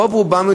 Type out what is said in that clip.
רוב רובם,